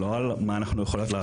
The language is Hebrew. לא על מה אנחנו יכולות לעשות.